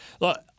look